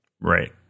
Right